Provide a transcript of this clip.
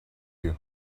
you